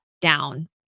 down